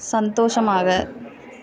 சந்தோஷமாக